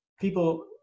people